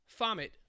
Fomit